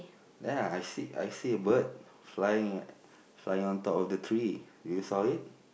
ya I see I see a bird flying flying on top of the tree do you saw it